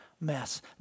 mess